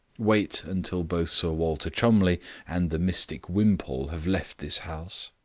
wait until both sir walter cholmondeliegh and the mystic wimpole have left this house?